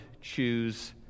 choose